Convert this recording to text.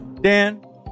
Dan